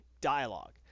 dialogue